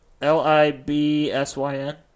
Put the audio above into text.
L-I-B-S-Y-N